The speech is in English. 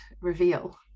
reveal